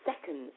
seconds